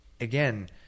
again